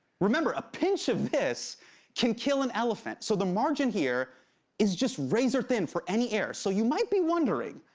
remember a pinch of this can kill an elephant. so the margin here is just razor-thin for any error. so you might be wondering.